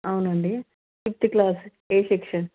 అవును అండి fifth class A section